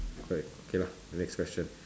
quite okay lah the next question